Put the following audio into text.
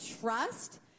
trust